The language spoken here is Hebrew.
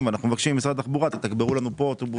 שמבקשים ממשרד התחבורה לתגבר להם אוטובוס כאן ושם.